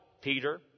Peter